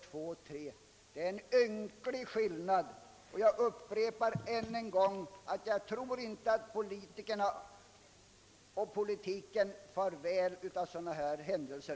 Det är en ynklig skillnad. Jag upprepar än en gång, att jag inte tror att politiken och politikerna far väl av sådana händelser.